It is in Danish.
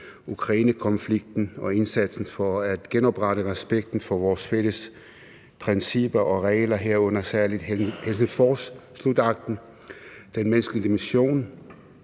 Ukrainekonflikten og indsatsen for at genoprette respekten for vores fælles principper og regler, herunder særlig Helsingforsslutakten, 2) den menneskelige dimension